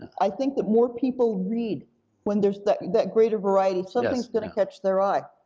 i think that more people read when there's that that greater variety, something's gonna catch their eye.